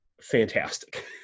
fantastic